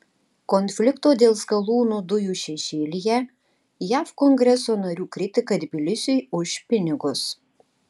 konflikto dėl skalūnų dujų šešėlyje jav kongreso narių kritika tbilisiui už pinigus